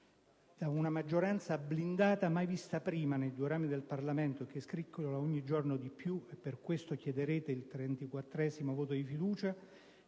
da una maggioranza blindata, mai vista prima nei due rami del Parlamento e che scricchiola ogni giorno di più - e per questo chiederete il 34° voto di fiducia